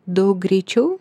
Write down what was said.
daug greičiau